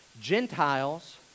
Gentiles